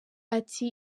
ati